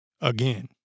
Again